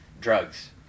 drugs